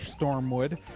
stormwood